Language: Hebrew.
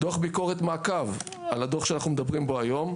דוח ביקורת מעקב על הדוח שאנחנו מדברים בו היום,